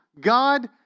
God